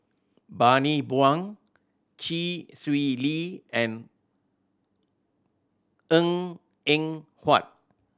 Bani Buang Chee Swee Lee and Eng Eng Huat